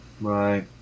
Right